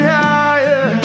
higher